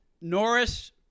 Norris